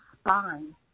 spine